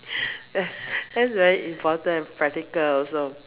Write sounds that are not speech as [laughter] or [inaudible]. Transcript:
[laughs] that's that's very important and practical also